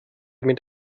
mit